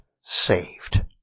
saved